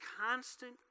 constant